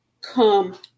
come